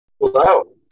Hello